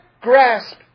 grasp